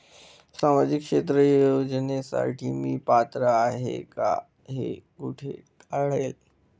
सामाजिक क्षेत्र योजनेसाठी मी पात्र आहे का हे कुठे कळेल?